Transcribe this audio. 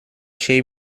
şey